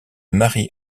marie